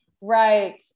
right